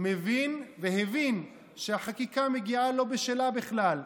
מבין והבין שהחקיקה מגיעה לא בשלה בכלל.